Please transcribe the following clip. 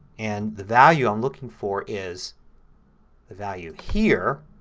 and the value i'm looking for is the value here.